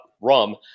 rum